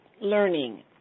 learning